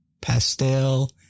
pastel